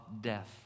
death